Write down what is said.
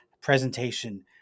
presentation